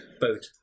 boat